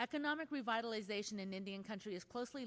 economic revitalization in indian country is closely